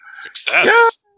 Success